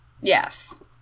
Yes